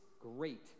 great